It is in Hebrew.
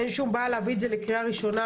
אין שום בעיה להביא את זה לקריאה ראשונה